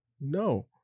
No